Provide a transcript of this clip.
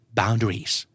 boundaries